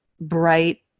bright